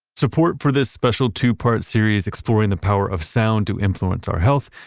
support for this special two part series, exploring the power of sound to influence our health,